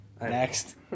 Next